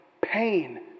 pain